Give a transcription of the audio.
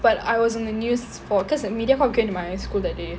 but I was in the news for cause mediacorp came to my school that day